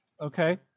okay